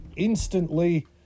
Instantly